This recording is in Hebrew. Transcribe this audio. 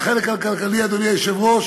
והחלק הכלכלי, אדוני היושב-ראש,